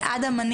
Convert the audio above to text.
אדם,